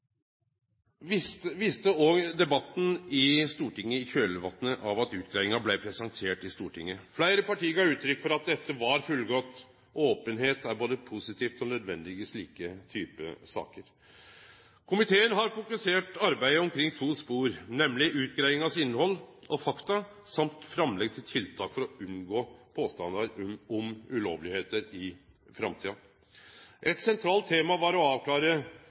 viste òg debatten i Stortinget i kjølvatnet av at utgreiinga blei presentert i Stortinget. Fleire parti gav uttrykk for at dette var fullgodt. Openheit er både positivt og nødvendig i slike typar saker. Komiteen har fokusert arbeidet rundt to spor, nemleg utgreiingas innhald og fakta og framlegg til tiltak for å unngå påstandar om ulovlegheiter i framtida. Eit sentralt tema var å avklare